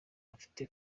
bafite